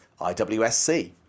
IWSC